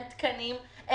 אין תקנים,